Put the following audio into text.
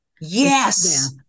Yes